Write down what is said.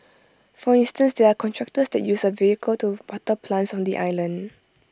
for instance there are contractors that use A vehicle to water plants on the island